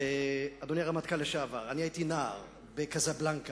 אדוני הרמטכ"ל לשעבר, אני הייתי נער בקזבלנקה.